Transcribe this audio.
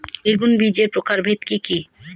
বেগুন বীজের প্রকারভেদ কি কী?